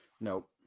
Nope